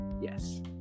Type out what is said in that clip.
yes